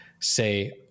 say